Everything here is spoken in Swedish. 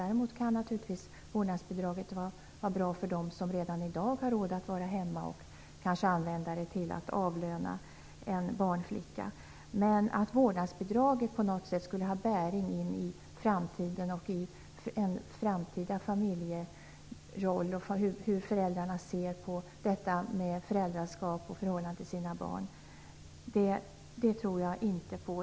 Däremot kan det naturligtvis vara bra för dem som redan i dag har råd att vara hemma och kanske använda det till att avlöna en barnflicka. Men att vårdnadsbidraget på något sätt skulle ha bäring in i framtiden och i den framtida familjerollen, hur föräldrarna ser på detta med föräldraskap och förhållandet till sina barn, tror jag inte på.